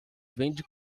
vende